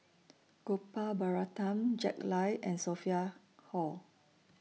Gopal Baratham Jack Lai and Sophia Hull